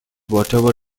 whatever